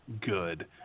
good